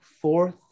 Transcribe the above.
fourth